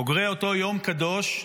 בוגרי אותו יום קדוש,